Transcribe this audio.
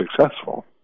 successful